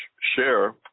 share